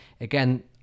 again